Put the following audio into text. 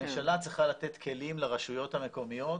הממשלה צריכה לתת כלים לרשויות המקומיות